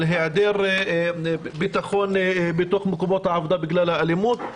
על היעדר ביטחון במקומות העבודה בגלל האלימות.